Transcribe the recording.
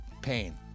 pain